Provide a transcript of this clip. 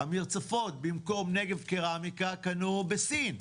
המרצפות במקום "נגב" קרמיקה, קנו בסין.